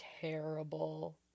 terrible